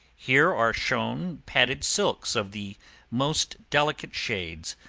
here are shown padded silks of the most delicate shades,